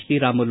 Sriramulu